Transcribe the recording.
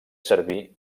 servir